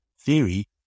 theory